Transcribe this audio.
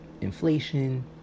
inflation